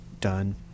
done